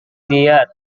dia